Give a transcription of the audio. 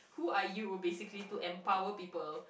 who are you basically to empower people